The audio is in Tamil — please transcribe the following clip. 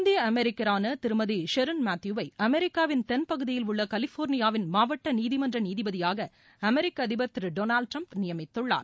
இந்திய அமெரிக்கான திருமதி ஷிரின் மேத்யூவை அமெரிக்காவின் தென்பகுதியில் உள்ள கலிபோர்னியாவின் மாவட்ட நீதிமன்ற நீதிபதியாக அமெரிக்க அதிபர் திரு டொளால்டு ட்ரம்ப் நியமித்துள்ளார்